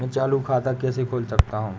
मैं चालू खाता कैसे खोल सकता हूँ?